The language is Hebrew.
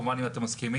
כמובן אם אתם מסכימים,